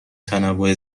تنوع